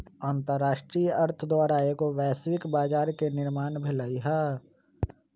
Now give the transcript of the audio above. अंतरराष्ट्रीय अर्थ द्वारा एगो वैश्विक बजार के निर्माण भेलइ ह